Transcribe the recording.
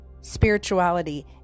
Spirituality